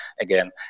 again